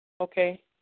Okay